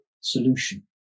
solution